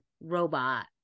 robot